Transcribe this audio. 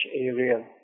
area